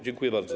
Dziękuję bardzo.